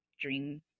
Dream